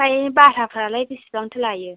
ओमफ्राय बारहाफ्रालाय बिसिबांथो लायो